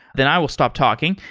then i will stop talking.